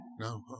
No